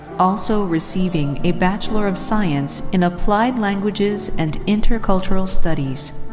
also receiving a bachelor of science in applied languages and intercultural studies.